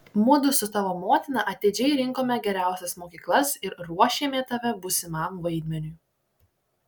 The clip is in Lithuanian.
mudu su tavo motina atidžiai rinkome geriausias mokyklas ir ruošėme tave būsimam vaidmeniui